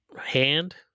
hand